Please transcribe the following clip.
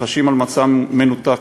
וחשים על מצע מנותק.